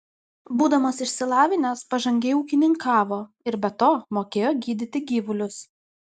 būdamas išsilavinęs pažangiai ūkininkavo ir be to mokėjo gydyti gyvulius